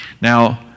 Now